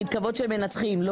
כבוד של מנצחים.